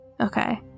Okay